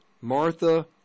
Martha